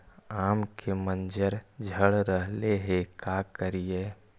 आम के मंजर झड़ रहले हे का करियै?